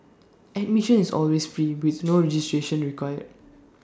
admission is always free with no registration required